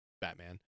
Batman